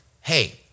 hey